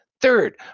Third